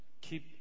Keep